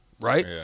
right